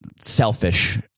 selfish